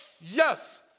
Yes